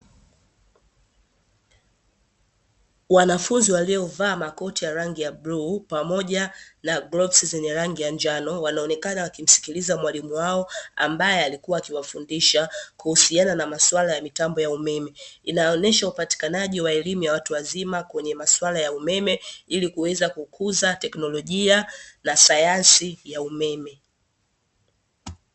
Wanafunzi waliovaa makoti ya rangi ya bluu pamoja na glovzi zenye rangi ya njano, wanaonekana wakimsikiliza mwalimu wao ambaye alikua akiwafundisha kuhusiana na masuala ya mitambo ya umeme. Inaonesha upatikanaji wa elimu ya watu wazima kwenye masuala ya umeme, ili kuweza kukuza teknolojia na sayansi ya umeme.